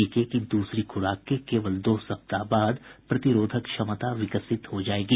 टीके की दूसरी खुराक के केवल दो सप्ताह बाद प्रतिरक्षक क्षमता विकसित हो जाएगी